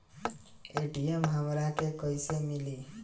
ATM हमरा के कइसे मिली?